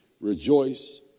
Rejoice